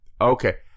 Okay